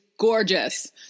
Gorgeous